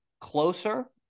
Closer